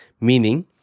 Meaning